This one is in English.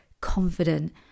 confident